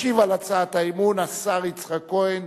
ישיב על הצעת האי-אמון השר יצחק כהן,